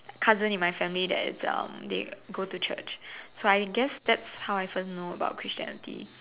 cousin in my family that's um they go to church so I guess that's how I even know about Christianity